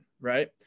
right